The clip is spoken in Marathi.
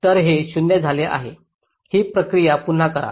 तर हे 0 झाले आहे ही प्रक्रिया पुन्हा करा